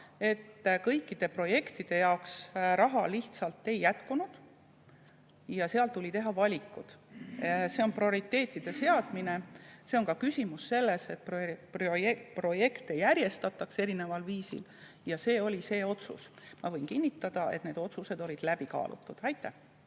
et kõikide projektide jaoks raha lihtsalt ei jätkunud ja tuli teha valikuid. See on prioriteetide seadmine. See on ka küsimus sellest, et projekte järjestatakse erineval viisil. Ja see oli see otsus. Ma võin kinnitada, et need otsused olid läbi kaalutud. Aitäh!